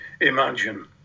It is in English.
imagine